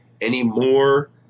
anymore